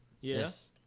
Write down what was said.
Yes